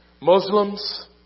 Muslims